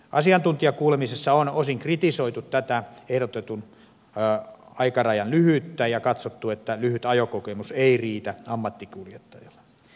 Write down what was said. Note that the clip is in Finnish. asiantuntijakuulemisissa on osin kritisoitu tätä ehdotetun aikarajan lyhyyttä ja katsottu että lyhyt ajokokemus ei riitä ammattikuljettajalle